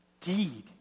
deed